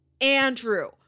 Andrew